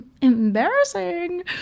embarrassing